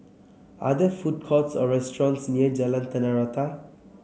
are there food courts or restaurants near Jalan Tanah Rata